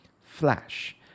Flash